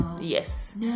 yes